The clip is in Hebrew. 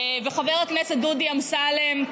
חבר הכנסת דודי אמסלם,